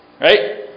Right